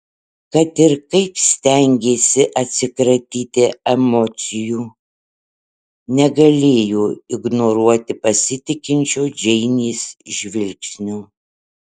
kad ir kaip stengėsi atsikratyti emocijų negalėjo ignoruoti pasitikinčio džeinės žvilgsnio